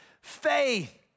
faith